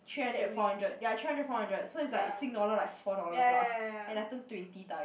three hundred four hundred ya three hundred four hundred so it's like sing dollar like four dollar plus and I turned twenty times